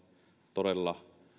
todella